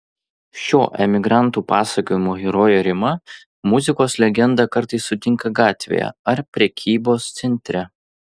šio emigrantų pasakojimo herojė rima muzikos legendą kartais sutinka gatvėje ar prekybos centre